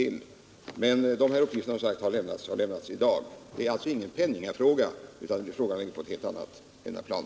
Enligt de uppgifter jag har fått i dag är detta ju ingen penningfråga, utan problemet ligger uppenbarligen på ett helt annat plan.